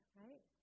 right